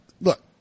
Look